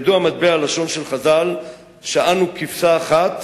ידוע מטבע הלשון של חז"ל שאנו כבשה אחת